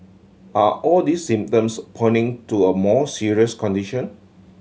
are all these symptoms pointing to a more serious condition